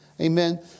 Amen